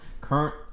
Current